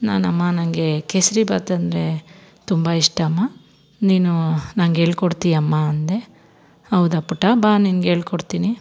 ನಾನು ಅಮ್ಮ ನನಗೆ ಕೇಸ್ರಿಭಾತ್ ಅಂದರೆ ತುಂಬ ಇಷ್ಟ ಅಮ್ಮ ನೀನು ನಂಗೆ ಹೇಳ್ಕೊಡ್ತಿಯಾ ಅಮ್ಮ ಅಂದೆ ಹೌದ ಪುಟ್ಟ ಬಾ ನಿನಗೇಳ್ಕೊಡ್ತೀನಿ